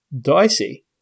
dicey